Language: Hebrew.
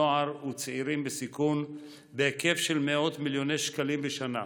לנוער ולצעירים בסיכון בהיקף של מאות מיליוני שקלים בשנה.